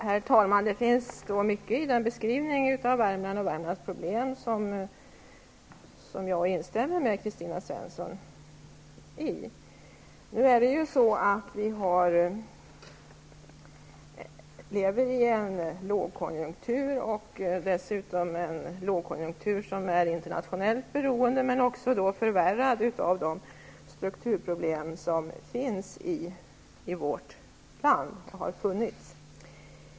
Herr talman! Det finns mycket i Kristina Svenssons beskrivning av Värmland och Värmlands problem som jag kan instämma i. Nu lever vi i en lågkonjunktur som är internationellt beroende och förvärras av de strukturproblem som vi har i vårt land.